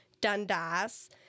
Dundas